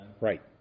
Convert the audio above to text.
right